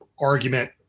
argument